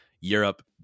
Europe